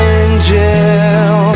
angel